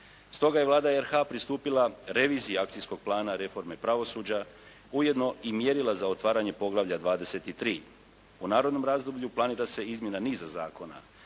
Stoga je Vlada RH pristupila reviziji akcijskog plana reforme pravosuđa ujedno i mjerila za otvaranje poglavlja 23. U narednom razdoblju planira se izmjena niza zakona